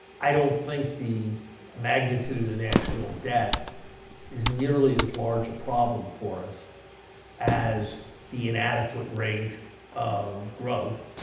i don't think the magnitude of the national debt is nearly as large a problem for us as the inadequate rate of growth.